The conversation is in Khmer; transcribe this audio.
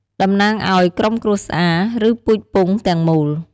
តំណាងឲ្យ ក្រុមគ្រួសារ ឬ ពូជពង្ស ទាំងមូល។